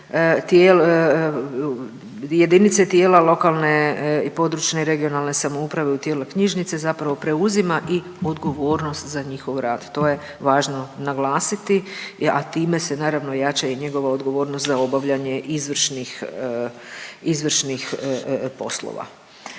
jedinice tijela lokalne i područne i regionalne samouprave u dijelu knjižnice zapravo preuzima i odgovornost za njihov rad. To je važno naglasiti, a time se naravno jača i njegova odgovornost za obavljanje izvršnih,